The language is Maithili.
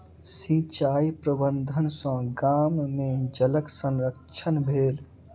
सिचाई प्रबंधन सॅ गाम में जलक संरक्षण भेल